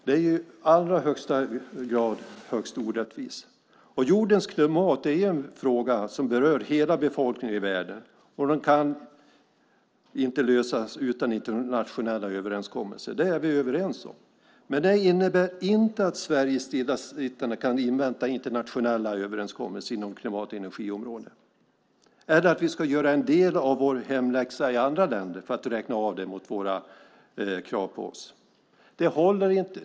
Det är i allra högsta grad högst orättvist. Jordens klimat är en fråga som berör hela befolkningen i världen. Den kan inte lösas utan internationella överenskommelser. Det är vi överens om. Men det innebär inte att Sverige stillasittande kan invänta internationella överenskommelser inom klimatenergiområdet eller att vi ska göra en del av vår hemläxa i andra länder för att räkna av det mot kraven på oss. Det håller inte.